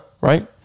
Right